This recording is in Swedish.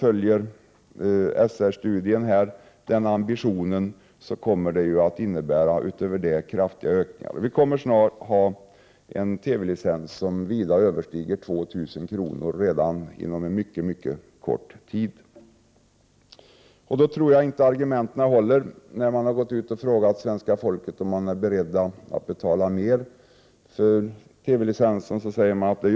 Enligt SR-studien och den ambition som kommer till uttryck i den kommer dessutom kraftiga höjningar till stånd. TV-licensen kommer således att vida överstiga 2 000 kr. om året redan inom mycket kort tid. Mot denna bakgrund tror jag inte på framlagda argument. Svenska folket har ju tillfrågats om man är beredd att betala mera för TV-licensen. Man har svarat ja.